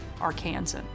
Arkansan